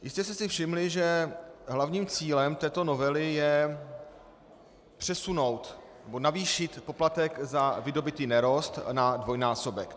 Jistě jste si všimli, že hlavním cílem této novely je přesunout, nebo navýšit poplatek za vydobytý nerost na dvojnásobek.